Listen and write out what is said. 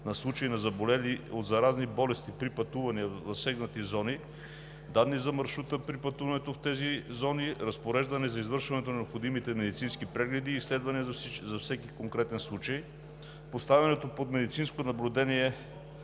на случаи на заболели от заразни болести при пътувания в засегнати зони – данни за маршрута при пътуването в тези зони; разпореждането за извършване на необходимите медицински прегледи и изследвания за всеки конкретен случай; поставянето под медицинско наблюдение